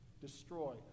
destroy